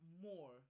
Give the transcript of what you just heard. more